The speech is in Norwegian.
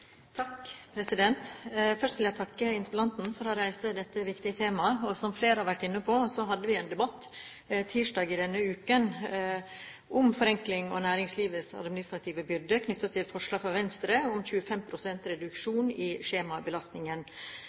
Først vil jeg takke interpellanten for å reise dette viktige temaet. Som flere har vært inne på, hadde vi en debatt tirsdag i denne uken om forenkling og næringslivets administrative byrder knyttet til et forslag fra Venstre om 25 pst. reduksjon i skjemabelastningen.